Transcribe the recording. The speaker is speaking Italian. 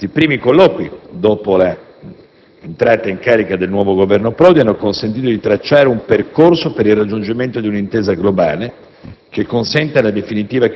Questi primi colloqui, dopo l'entrata in carica del nuovo Governo Prodi, hanno consentito di tracciare un percorso per il raggiungimento di un'intesa globale,